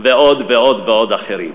ועוד ועוד ועוד אחרים.